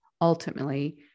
ultimately